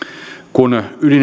kun